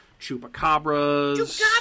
Chupacabras